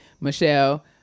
michelle